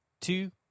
two